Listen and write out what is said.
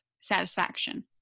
satisfaction